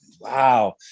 wow